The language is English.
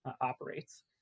operates